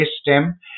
stem